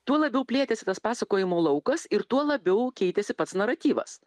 tuo labiau plėtėsi tas pasakojimo laukas ir tuo labiau keitėsi pats naratyvas